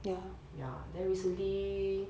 ya then recently